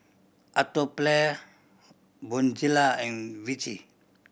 Atopiclair Bonjela and Vichy